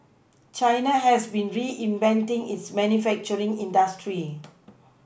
China has been reinventing its manufacturing industry